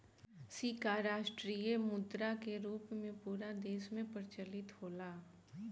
सिक्का राष्ट्रीय मुद्रा के रूप में पूरा देश में प्रचलित होला